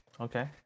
okay